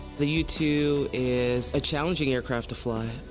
the u two is a challenging aircraft to fly.